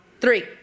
Three